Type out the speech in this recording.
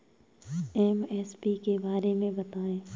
MSP के बारे में बतायें?